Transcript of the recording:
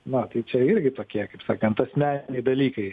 na tai čia irgi tokie kaip sakant asmeniniai dalykai